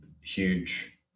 huge